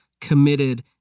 committed